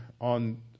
on